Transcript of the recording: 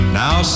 now